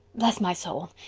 bless my soul,